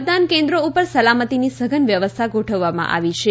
મતદાન કેન્દ્રો ઉપર સલામતીની સઘન વ્યવસ્થા ગોઠવવામાં આવી છે